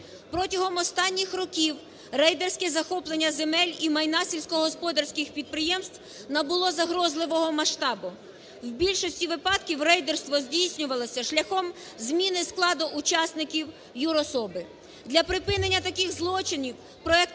Протягом останніх років рейдерське захоплення земель і майна сільськогосподарських підприємств набуло загрозливого масштабу. У більшості випадків рейдерство здійснювалося шляхом зміни складу учасників юрособи.